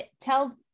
tell